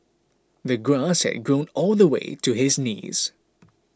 the grass had grown all the way to his knees